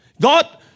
God